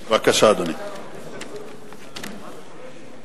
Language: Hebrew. חוק ומשפט של הכנסת אני מתכבד להביא את הצעת חוק